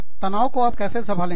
तनाव को आप कैसे संभालेंगे